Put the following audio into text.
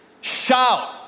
Shout